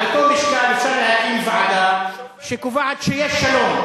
על אותו משקל אפשר להקים ועדה שקובעת שיש שלום,